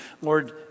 Lord